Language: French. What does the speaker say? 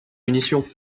munitions